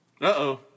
Uh-oh